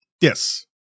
yes